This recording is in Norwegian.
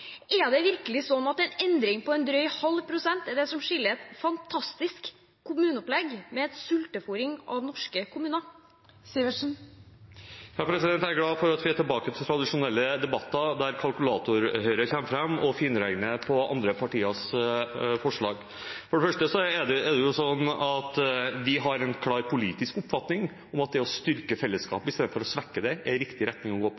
Er det virkelig sånn at en endring på en drøy halv prosent er det som skiller et fantastisk kommuneopplegg fra et som er som sultefôring av norske kommuner? Jeg er glad for at vi er tilbake til tradisjonelle debatter, der Kalkulator-Høyre kommer fram og finregner på andre partiers forslag. For det første er det sånn at vi har en klar politisk oppfatning om at å styrke fellesskapet, i stedet for å svekke det, er en riktig vei å gå.